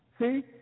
see